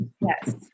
yes